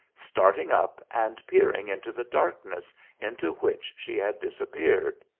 starting up and peering into the darkness into which she had disappeared.